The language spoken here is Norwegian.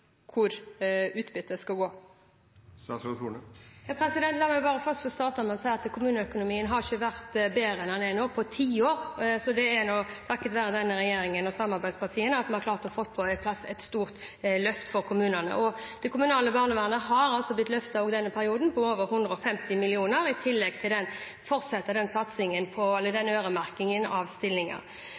hvor utbyttet skal gå. La meg bare først starte med å si at kommuneøkonomien ikke har vært bedre enn den er nå på ti år, og det er takket være denne regjeringen og samarbeidspartiene at vi har klart å få på plass et stort løft for kommunene. Det kommunale barnevernet har også blitt løftet i denne perioden med over 150 mill. kr, i tillegg til at vi fortsetter øremerkingen av stillinger.